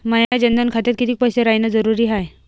माया जनधन खात्यात कितीक पैसे रायन जरुरी हाय?